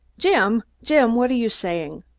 jim, jim, what are you saying?